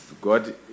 God